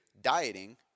dieting